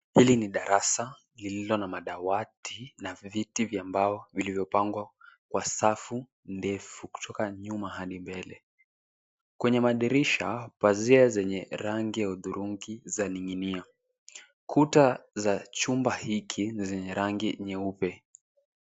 Hili ni darasa lililo na madawati na viti vya mbao vilivyopangwa kwa safu ndefu kutoka nyuma hadi mbele. Kwenye madirisha pazia zenye rangi ya hudhurungi zaning'inia .Kuta za chumba hiki ni zenye rangi nyeupe.